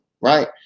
right